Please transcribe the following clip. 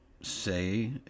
say